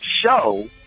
show